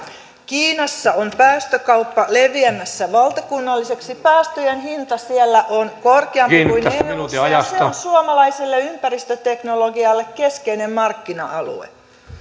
kiinassa on päästökauppa leviämässä valtakunnalliseksi päästöjen hinta siellä on korkeampi kuin eussa ja se on suomalaiselle ympäristöteknologialle keskeinen markkina alue